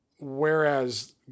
whereas